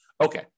Okay